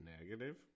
Negative